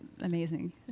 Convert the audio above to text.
amazing